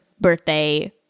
birthday